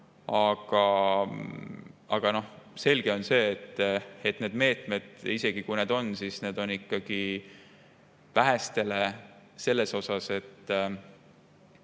aga selge on see, et need meetmed, isegi kui need on, need on ikkagi vähestele. 9,3% ei